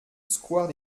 square